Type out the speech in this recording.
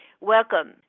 Welcome